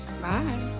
Bye